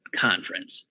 conference